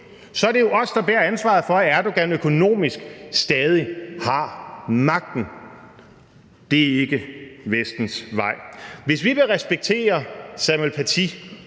er det jo os, der bærer ansvaret for, at Erdogan økonomisk stadig har magten. Det er ikke Vestens vej. Hvis vi vil respektere Samuel Paty,